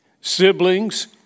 siblings